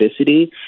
specificity